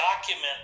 document